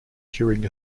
during